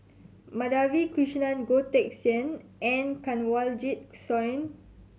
Madhavi Krishnan Goh Teck Sian and Kanwaljit Soin